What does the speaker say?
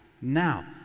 now